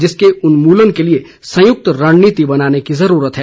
जिसके उन्मूलन के लिए संयुक्त रणनीति बनाने की जरूरत है